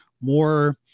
more